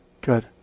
good